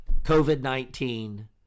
COVID-19